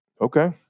Okay